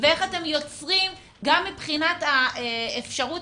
ואיך אתם יוצרים גם מבחינת אפשרות